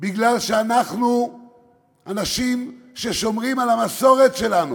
שאנחנו אנשים ששומרים על המסורת שלנו,